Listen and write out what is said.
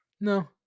No